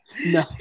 no